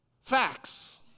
facts